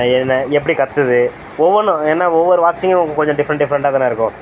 என்ன எப்படி கத்துது ஒவ்வொன்றும் என்ன ஒவ்வொரு வாட்சிங்கும் கொஞ்சம் டிஃப்ரெண்ட் டிஃப்ரெண்ட்டாக தானே இருக்கும்